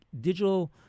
digital